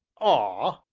ah!